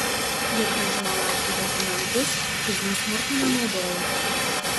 jie grąžino latviui dokumentus fizinio smurto nenaudojo